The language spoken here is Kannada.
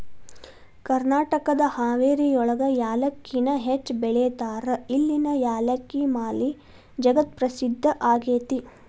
ಕರ್ನಾಟಕದ ಹಾವೇರಿಯೊಳಗ ಯಾಲಕ್ಕಿನ ಹೆಚ್ಚ್ ಬೆಳೇತಾರ, ಇಲ್ಲಿನ ಯಾಲಕ್ಕಿ ಮಾಲಿ ಜಗತ್ಪ್ರಸಿದ್ಧ ಆಗೇತಿ